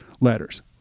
letters